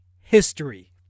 history